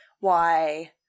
why-